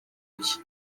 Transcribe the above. iki